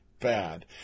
bad